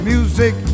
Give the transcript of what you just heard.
Music